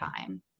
time